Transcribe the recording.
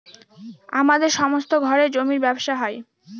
আমাদের সমস্ত ঘরে জমির ব্যবসা হয়